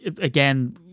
Again